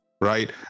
Right